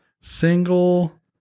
Single